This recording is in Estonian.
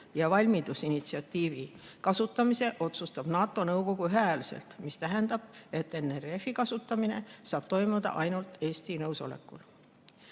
ja valmidusinitsiatiivi kasutamise otsustab NATO nõukogu ühehäälselt, mis tähendab, et NRF-i kasutamine saab toimuda ainult Eesti nõusolekul.